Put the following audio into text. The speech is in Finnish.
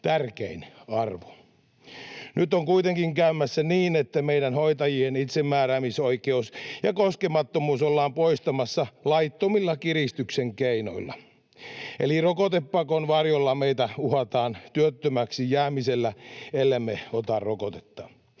tärkein arvo. Nyt on kuitenkin käymässä niin, että meidän hoitajien itsemääräämisoikeus ja koskemattomuus ollaan poistamassa laittomilla kiristyksen keinoilla, eli rokotepakon varjolla meitä uhataan työttömäksi jäämisellä, ellemme ota rokotetta.